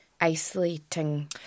isolating